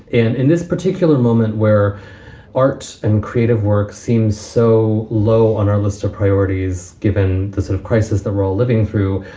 and in this particular moment where art and creative work seems so low on our list of priorities, given the sort of crisis, the role living through.